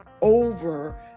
over